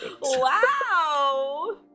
Wow